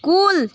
کُل